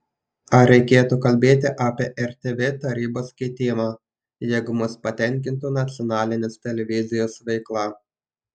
ar reikėtų kalbėti apie rtv tarybos keitimą jeigu mus patenkintų nacionalinės televizijos veikla